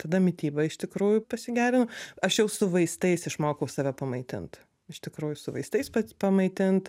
tada mityba iš tikrųjų pasigerino aš jau su vaistais išmokau save pamaitint iš tikrųjų su vaistais pats pamaitint